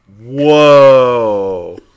Whoa